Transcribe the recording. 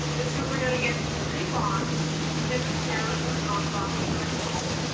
and so we're gonna get three bonds and a pair of non-bonding electrons.